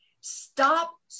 Stop